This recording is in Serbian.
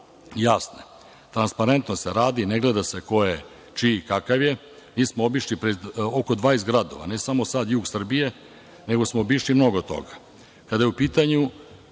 jasne. Transparentno se radi, ne gleda se ko je čiji i kakav je. Mi smo obišli oko 20 gradova, ne samo jug Srbije, nego smo obišli mnogo toga. Kada je u pitanju